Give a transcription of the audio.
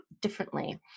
differently